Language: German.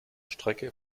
strecke